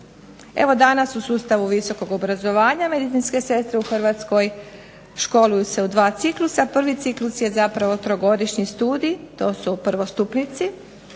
Danas u sustavu obrazovanja medicinske sestre u Hrvatskoj školuju se u dva ciklusa, prvi ciklus je trogodišnji studij, to su prvostupnici,